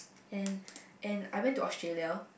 and and I went to Australia